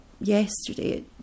yesterday